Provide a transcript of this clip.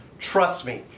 trust me,